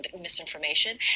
misinformation